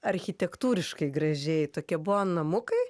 architektūriškai gražiai tokie buvo namukai